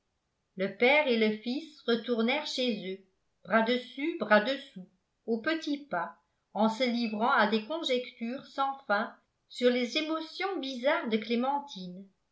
le père et le fils retournèrent chez eux bras dessus brasdessous au petit pas en se livrant à des conjectures sans fin sur les émotions bizarres de clémentine